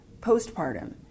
postpartum